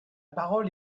parole